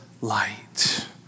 light